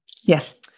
Yes